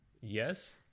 Yes